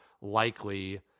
likely